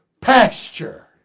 pasture